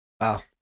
Wow